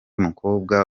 mukobwa